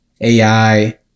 AI